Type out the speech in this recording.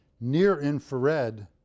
near-infrared